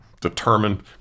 determined